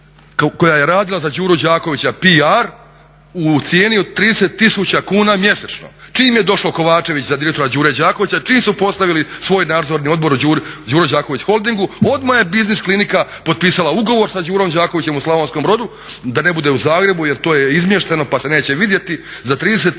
koja je radila za Đuru Đakovića PR u cijeni od 30 000 kuna mjesečno. Čim je došao Kovačević za direktora Đure Đakovića, čim su postavili svoj Nadzorni odbor u Đuro Đaković Holdingu odmah je biznis klinika potpisala ugovor sa Đurom Đakovićem u Slavonskom Brodu da ne bude u Zagrebu jer to je izmješteno pa se neće vidjeti, za 30 000 kuna